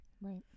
Right